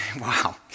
wow